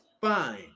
fine